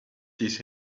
this